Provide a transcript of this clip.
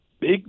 big